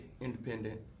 independent